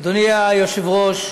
אדוני היושב-ראש,